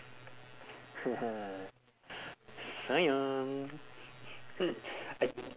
sayang